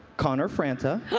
connor franta.